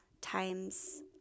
times